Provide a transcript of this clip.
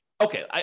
Okay